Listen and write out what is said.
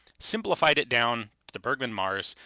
simplified it down to the bergmann mars.